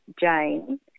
Jane